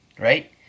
right